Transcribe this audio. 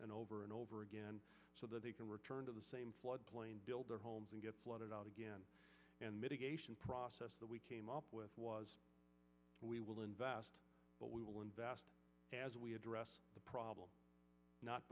and over and over again so they can return to the same floodplain build their homes and get flooded out again and mitigation process that we came up with was we will invest but we will invest as we address the problem